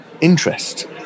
interest